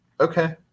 Okay